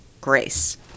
grace